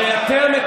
הרי אתם,